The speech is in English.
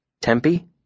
Tempe